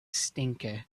stinker